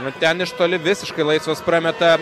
o ten iš toli visiškai laisvas prameta